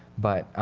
but